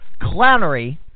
clownery